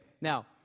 now